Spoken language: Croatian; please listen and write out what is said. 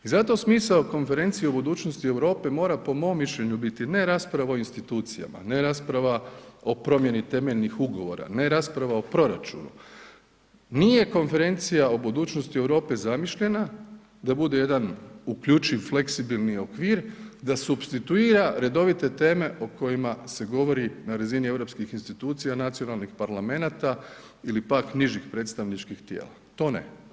I zato smisao konferencije o budućnosti Europe mora po mom mišljenju biti, ne rasprava o institucijama, ne rasprava o promjeni temeljnih ugovora, ne rasprava o proračunu, nije konferencija o budućnosti Europe zamišljena da bude jedan uključiv, fleksibilni okvir, da supstituira redovite teme o kojima se govori na razini europskih institucija nacionalnih parlamenata ili pak nižih predstavničkih tijela, to ne.